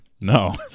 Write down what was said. No